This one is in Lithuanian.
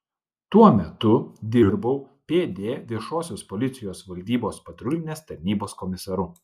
tuo metu dirbau pd viešosios policijos valdybos patrulinės tarnybos komisaru